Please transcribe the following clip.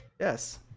Yes